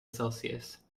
celsius